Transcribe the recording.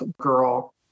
girl